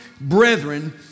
brethren